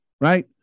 right